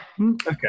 Okay